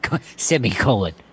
Semicolon